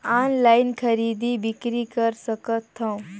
Online खरीदी बिक्री कर सकथव?